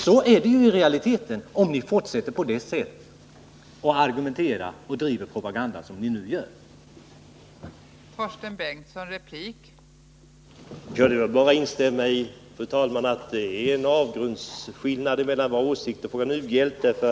Så kan det i realiteten bli, om ni fortsätter att argumentera och driva propaganda på det sätt som ni nu gör.